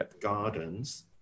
gardens